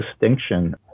distinction